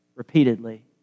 repeatedly